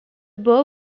beau